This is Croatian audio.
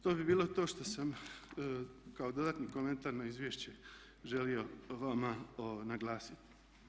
To bi bilo to što sam, kao dodatni komentar na izvješće želio vama naglasiti.